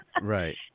Right